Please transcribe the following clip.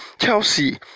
Chelsea